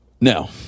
Now